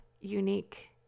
unique